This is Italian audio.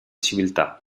civiltà